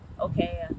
okay